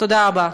תודה רבה.